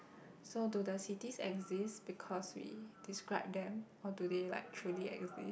so do the cities exist because we describe them or do they like truly exist